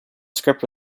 script